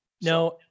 Now